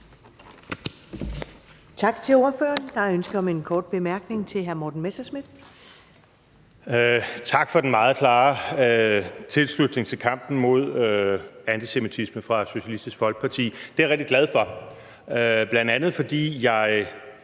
Tak til ordføreren. Der er ønske om en kort bemærkning fra hr. Morten Messerschmidt. Kl. 14:30 Morten Messerschmidt (DF): Tak for den meget klare tilslutning til kampen mod antisemitisme fra Socialistisk Folkeparti. Det er jeg rigtig glad for, bl.a. fordi jeg